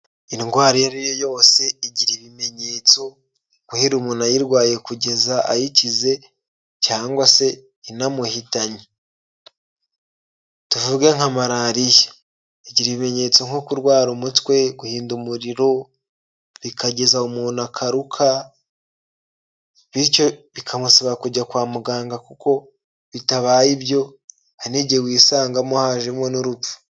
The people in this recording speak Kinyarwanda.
Indwara iyo ariyo yose igira ibimenyetso guhera umuntu ayirwaye kugeza umuntu ayikize cyangwa se inamuhitanye, tuvuge nka marariya igira ibimenyetso nko kurwara umutwe, guhinda umuriro, bikagezaho umuntu akaruka bityo bikamusaba kujya kwa muganga kuko bitabaye ibyo hari n'igihe wisangamo hajemo n'urupfu.